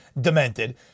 Demented